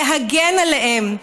להגן עליהם,